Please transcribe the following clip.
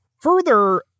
further